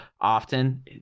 often